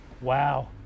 Wow